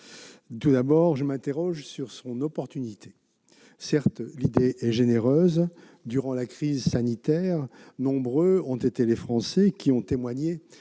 perplexe. Je m'interroge sur son opportunité. Certes, l'idée est généreuse. Durant la crise sanitaire, nombreux ont été les Français qui ont témoigné